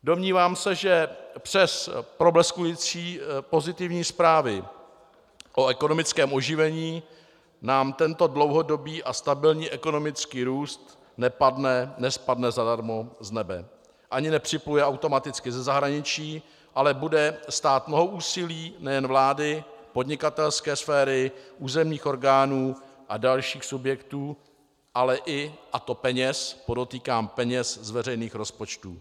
Domnívám se, že přes probleskující pozitivní zprávy o ekonomickém oživení nám tento dlouhodobý a stabilní ekonomický růst nespadne zadarmo z nebe ani nepřipluje automaticky ze zahraničí, ale bude stát mnoho úsilí nejen vlády, podnikatelské sféry, územních orgánů a dalších subjektů, ale i peněz podotýkám peněz z veřejných rozpočtů.